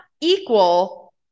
equal